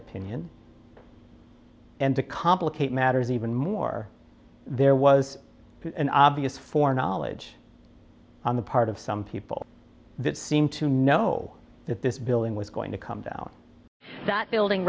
opinion and to complicate matters even more there was an obvious for knowledge on the part of some people that seem to know that this building was going to come down that building